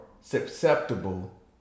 susceptible